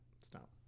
Stop